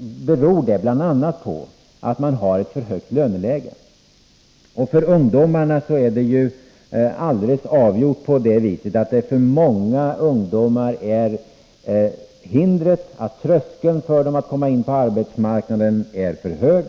beror det bl.a. på att man har ett för högt löneläge. För många ungdomar är det alldeles avgjort på det sättet att tröskeln till att komma in på arbetsmarknaden är för hög.